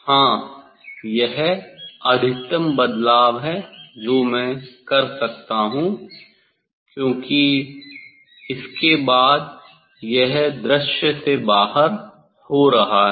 हां यह अधिकतम बदलाव है जो मैं कर सकता हूं क्योंकि इसके बाद यह दृश्य से बाहर हो रहा है